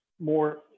more